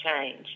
change